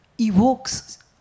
evokes